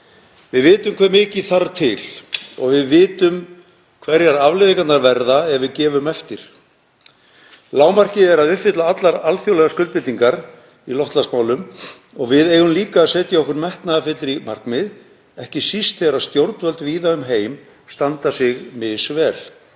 Við vitum hve mikið þarf til og við vitum hverjar afleiðingarnar verða ef við gefum eftir. Lágmarkið er að uppfylla allar alþjóðlegar skuldbindingar í loftslagsmálum og við eigum líka að setja okkur metnaðarfyllri markmið, ekki síst þegar stjórnvöld víða um heim standa sig misvel.